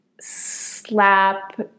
slap